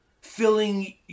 filling